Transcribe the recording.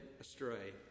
astray